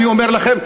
אני אומר לכם,